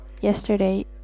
Yesterday